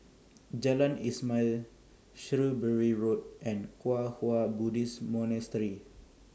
Jalan Ismail Shrewsbury Road and Kwang Hua Buddhist Monastery